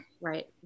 Right